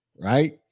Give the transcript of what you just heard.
right